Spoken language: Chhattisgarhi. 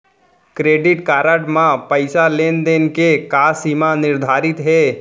क्रेडिट कारड म पइसा लेन देन के का सीमा निर्धारित हे?